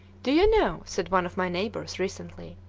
do you know, said one of my neighbors, recently,